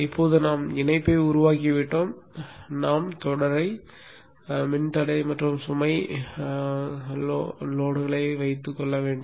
இப்போது நாம் இணைப்பை உருவாக்கிவிட்டோம் நாம் தொடரை மின்தடை மற்றும் சுமை மின்தடையத்தை வைத்து கொள்ள வேண்டும்